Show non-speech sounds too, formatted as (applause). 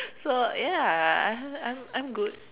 (laughs) so ya I'm I'm I'm good